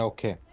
Okay